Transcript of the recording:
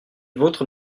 vôtres